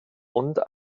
und